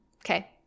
Okay